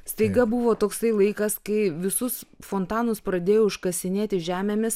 staiga buvo toksai laikas kai visus fontanus pradėjo užkasinėti žemėmis